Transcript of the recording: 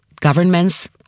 governments